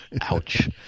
Ouch